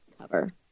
cover